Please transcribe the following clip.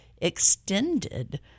extended